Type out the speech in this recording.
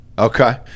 Okay